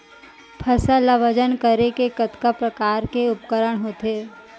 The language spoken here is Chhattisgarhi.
फसल ला वजन करे के कतका प्रकार के उपकरण होथे?